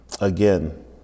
again